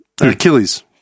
Achilles